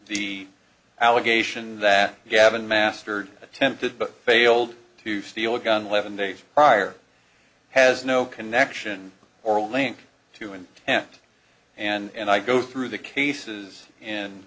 the allegation that gavin mastered attempted but failed to steal a gun levon days prior has no connection or link to an ant and i go through the cases and